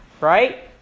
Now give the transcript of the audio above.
right